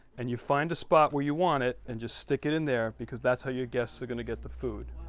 and you find a spot where you want it and just stick it in there, because that's how your guests are gonna get the food